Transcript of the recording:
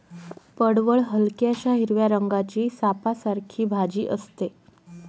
पडवळ हलक्याशा हिरव्या रंगाची सापासारखी भाजी असते